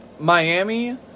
Miami